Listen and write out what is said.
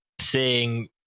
seeing